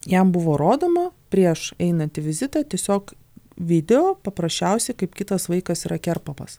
jam buvo rodoma prieš einant į vizitą tiesiog video paprasčiausiai kaip kitas vaikas yra kerpamas